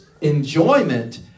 enjoyment